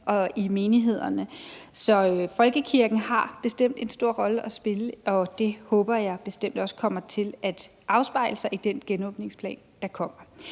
og i menighederne. Så folkekirken har bestemt en stor rolle at spille, og det håber jeg bestemt også kommer til at afspejle sig i den genåbningsplan, der kommer.